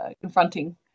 confronting